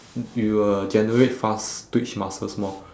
you will generate fast twitch muscles more